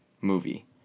movie